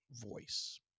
voice